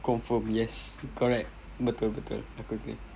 confirm yes correct betul betul aku agree